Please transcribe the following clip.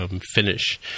Finish